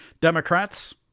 Democrats